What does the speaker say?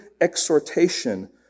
exhortation